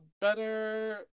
better